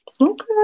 Okay